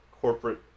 corporate